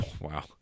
Wow